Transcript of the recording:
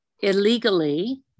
illegally